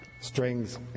strings